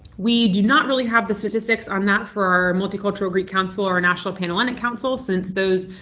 we do not really have the statistics on that for our multicultural greek council or national pan-hellenic council since those